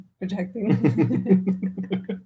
Protecting